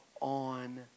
on